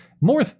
more